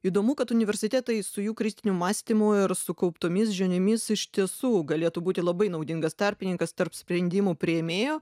įdomu kad universitetai su jų kritiniu mąstymu ir sukauptomis žiniomis iš tiesų galėtų būti labai naudingas tarpininkas tarp sprendimų priėmėjo